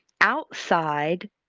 outside